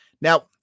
Now